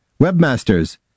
Webmasters